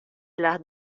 las